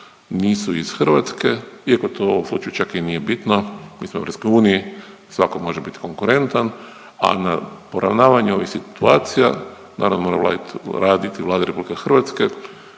nisu iz Hrvatske iako to u ovom slučaju čak i nije bitno, mi smo u EU i svatko može biti konkurentan, a na poravnavanju ovih situacija naravno mora raditi Vlada RH, da li je